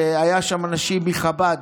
שהיו שם אנשים מחב"ד,